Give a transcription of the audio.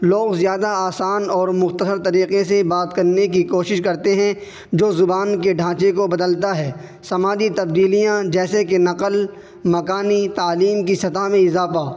لوگ زیادہ آسان اور مختصر طریقے سے بات کرنے کی کوشش کرتے ہیں جو زبان کے ڈھانچے کو بدلتا ہے سماجی تبدیلیاں جیسے کہ نقلِ مکانی تعلیم کی سطح میں اضافہ